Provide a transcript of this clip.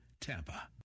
TAMPA